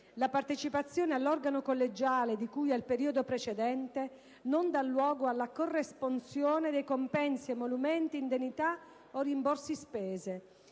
"La partecipazione all'organo collegiale di cui al periodo precedente non dà luogo alla corresponsione di compensi, emolumenti, indennità o rimborsi spese";